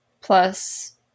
plus